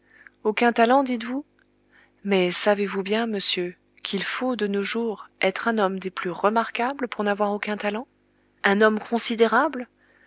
aucun talent dites-vous mais savez-vous bien monsieur qu'il faut de nos jours être un homme des plus remarquables pour n'avoir aucun talent un homme considérable